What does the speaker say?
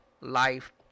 life